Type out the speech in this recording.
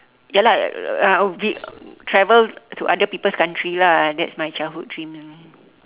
ya lah uh we travel to other people's country lah that's my childhood dream